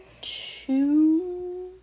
two